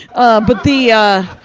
ah. but the, ah,